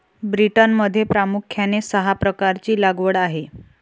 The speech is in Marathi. ब्रिटनमध्ये प्रामुख्याने सहा प्रकारची लागवड आहे